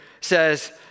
says